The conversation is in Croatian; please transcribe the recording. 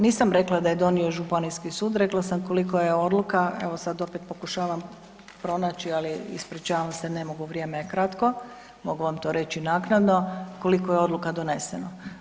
Nisam rekla da je donio županijski sud, rekla sam koliko je odluka, evo sad opet pokušavam pronaći, ali ispričavam se, ne mogu vrijeme je kratko, mogu vam to reći naknadno koliko je odluka doneseno.